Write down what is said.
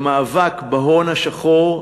למאבק בהון השחור,